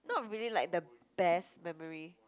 not really like the best memory